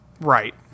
Right